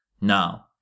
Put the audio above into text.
Now